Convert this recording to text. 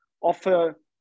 offer